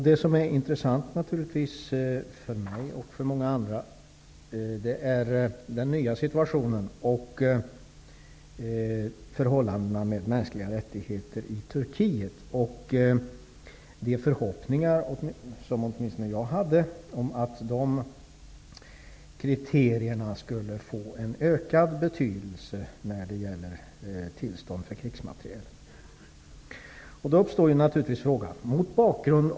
Det som är intressant för mig och för många andra är den nya situationen och förhållandena när det gäller de mänskliga rättigheterna i Turkiet. Åtminstone jag hade förhoppningar om att de kriterierna skulle få en ökad betydelse när det gäller tillstånd för export av krigsmateriel.